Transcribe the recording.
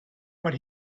but